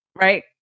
right